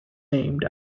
named